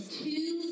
two